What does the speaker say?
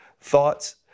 thoughts